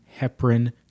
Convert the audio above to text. heparin